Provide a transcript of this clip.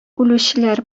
үлүчеләр